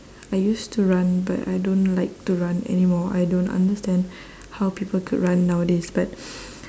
I used to run but I don't like to run anymore I don't understand how people could run nowadays but